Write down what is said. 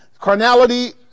Carnality